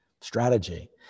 strategy